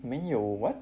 没有 what